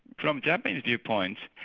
from japanese viewpoints,